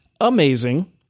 amazing